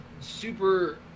super